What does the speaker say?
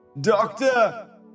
Doctor